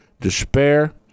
despair